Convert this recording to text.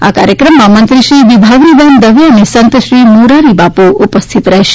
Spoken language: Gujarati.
આ કાર્યક્રમમાં મંત્રીશ્રી વિભાવરીબેન દવે અને સંતશ્રી મોરારી બાપુ ઉપસ્થિત રહેશે